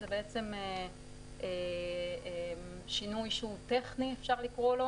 זה בעצם שינוי שהוא טכני אפשר לקרוא לו